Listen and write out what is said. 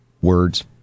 words